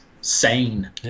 sane